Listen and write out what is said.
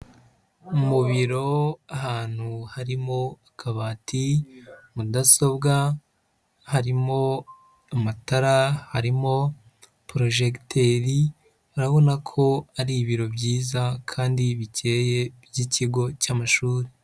Mu biro ahantu harimo akabati, mudasobwa, harimo amatara, harimo porojegiteri, urabona ko ari ibiro byiza kandi bikeye by'ikigo cy'amashuri.